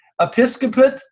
Episcopate